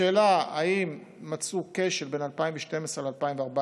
בשאלה אם מצאו כשל בין 2012 ל-2014,